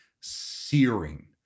searing